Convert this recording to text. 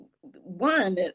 One